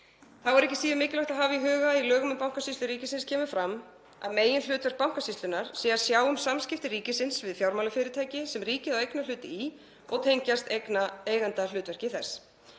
Þá er ekki síður mikilvægt að hafa í huga að í lögum um Bankasýslu ríkisins kemur fram að meginhlutverk Bankasýslunnar sé að sjá um samskipti ríkisins við fjármálafyrirtæki sem ríkið á eignarhlut í og tengjast eigendahlutverki þess.